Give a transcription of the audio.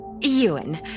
Ewan